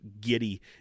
giddy